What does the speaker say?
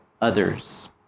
others